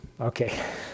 Okay